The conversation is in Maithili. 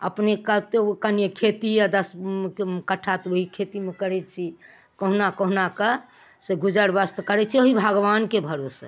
अपने कतौ कनिए खेती यऽ दस कट्ठा तऽ ओहि खेतीमे करै छी कहुना कहुना कऽ से गुजर बस्त्र करै छी ओहि भगबान के भरोसे